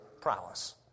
prowess